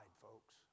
folks